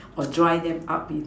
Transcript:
or dry them up it